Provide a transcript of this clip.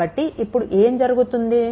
కాబట్టి ఇప్పుడు ఏం జరుగుతుంది